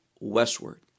westward